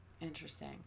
Interesting